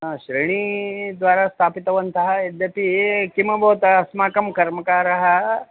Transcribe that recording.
ह श्रेणीद्वारा स्थापितवन्तः यद्यपि किमभवत् अस्माकं कर्मकारः